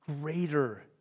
greater